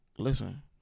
Listen